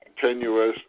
tenuous